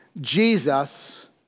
Jesus